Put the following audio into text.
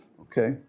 okay